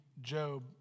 Job